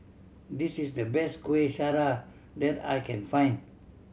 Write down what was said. this is the best Kuih Syara that I can find